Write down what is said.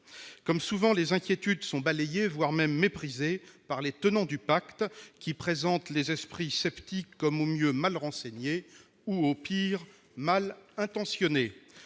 Comme souvent, les inquiétudes sont balayées, voire méprisées par les tenants du pacte, qui présentent les esprits sceptiques comme, au mieux, mal renseignés ou, au pire, mal intentionnés.